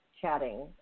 chatting